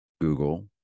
Google